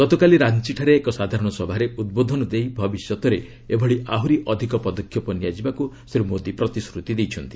ଗତକାଲି ରାଞ୍ଚଠାରେ ଏକ ସାଧାରଣସଭାରେ ଉଦ୍ବୋଧନ ଦେଇ ଭବିଷ୍ୟତରେ ଏଭଳି ଆହୁରି ଅଧିକ ପଦକ୍ଷେପ ନିଆଯିବାକୁ ଶ୍ରୀ ମୋଦି ପ୍ରତିଶ୍ରୁତି ଦେଇଛନ୍ତି